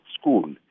school